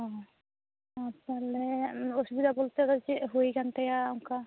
ᱚ ᱛᱟᱦᱚᱞᱮ ᱚᱥᱩᱵᱤᱫᱟ ᱵᱚᱞᱛᱮ ᱫᱚ ᱪᱮᱫ ᱦᱩᱭ ᱟᱠᱟᱱ ᱛᱟᱭᱟ ᱚᱱᱠᱟ